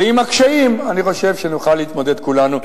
ועם הקשיים אני חושב שנוכל כולנו להתמודד.